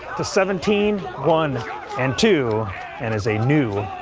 the seventeen one and two and as a new.